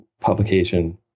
publication